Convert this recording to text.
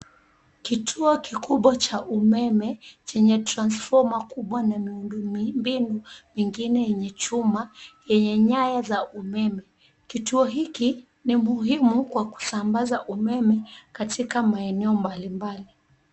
Kituo kikubwa cha umeme chenye transfoma kubwa na miundombinu mingine yenye chuma yenye nyaya za umeme. Kituo hiki ni muhimu kwa kusambaza umeme katika maeneo mbalimbali.